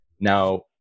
now